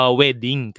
wedding